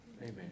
Amen